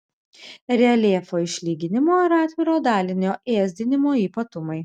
reljefo išlyginimo ir atviro dalinio ėsdinimo ypatumai